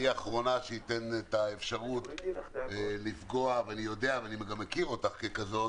אני האחרונה שאתן את האפשרות לפגוע ואני גם מכיר אותך ככזאת